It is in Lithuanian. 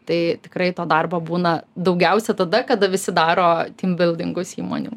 tai tikrai to darbo būna daugiausia tada kada visi daro tymbildingus įmonių